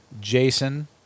Jason